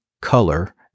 color